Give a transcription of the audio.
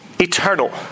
eternal